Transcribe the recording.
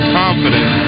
confident